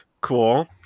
Cool